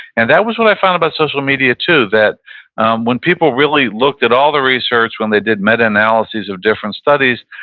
and that was what i found about social media, too, that when people really looked at all the research, when they did meta-analyses of different studies,